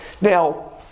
Now